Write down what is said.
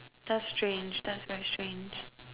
that's strange that's very strange